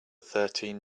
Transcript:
thirteen